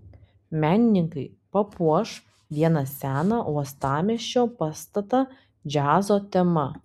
menininkai papuoš vieną seną uostamiesčio pastatą džiazo tema